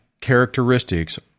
characteristics